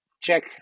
check